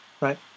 right